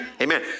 Amen